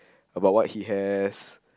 about what he has